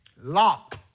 Lock